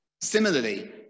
Similarly